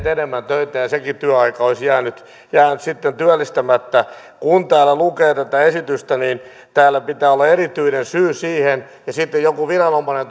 enemmän töitä ja sekin työaika olisi jäänyt sitten työllistämättä kun lukee tätä esitystä niin täällä pitää olla erityinen syy siihen ja sitten joku viranomainen